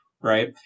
right